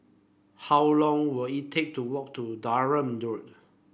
how long will it take to walk to Durham Road